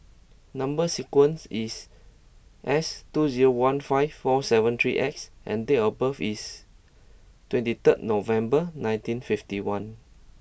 number sequence is S two zero one five four seven three X and date of birth is twenty third November nineteen fifty one